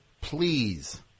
Please